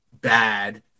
bad